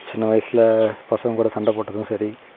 சின்ன வயசில் பசங்கள் கூட சண்டை போட்டதும் சரி